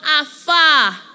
afar